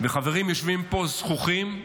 וחברים יושבים פה זחוחים --- לא,